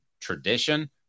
tradition